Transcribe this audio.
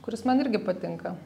kuris man irgi patinka